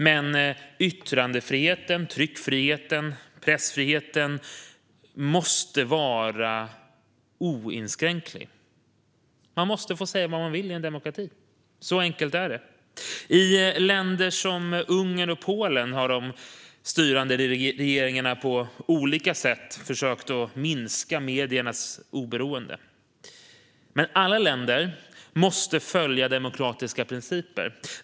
Men yttrandefrihet, pressfrihet och tryckfrihet måste vara oinskränkbar. Man måste få säga vad man vill i en demokrati; så enkelt är det. I Ungern och Polen har de styrande regeringarna på olika sätt försökt minska mediernas oberoende. Men alla EU-länder måste följa demokratiska principer.